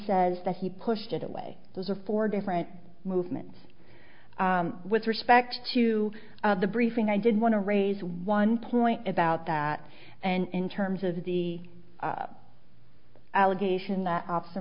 says that he pushed it away those are four different movements with respect to the briefing i did want to raise one point about that and in terms of the allegation that off